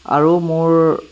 আৰু মোৰ